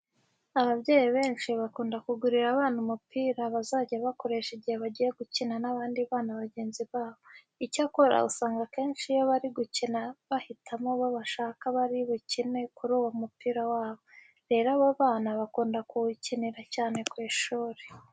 Ababyeyi benshi bakunda kugurira abana umupira bazajya bakoresha igihe bagiye gukina n'abandi bana bagenzi babo. Icyakora usanga akenshi iyo bari gukina bahitamo abo bashaka bari bukine kuri uwo mupira wabo. Rero abo bana bakunda kuwukinira cyane ku ishuri.